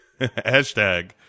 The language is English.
hashtag